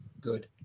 Good